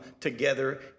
together